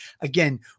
again